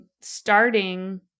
starting